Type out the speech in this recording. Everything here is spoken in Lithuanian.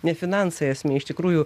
ne finansai esmė iš tikrųjų